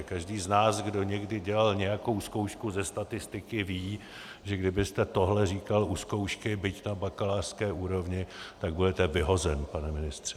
Každý z nás, kdo někdy dělal nějakou zkoušku ze statistiky, ví, že kdybyste tohle říkal u zkoušky, byť na bakalářské úrovni, tak budete vyhozen, pane ministře!